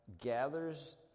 gathers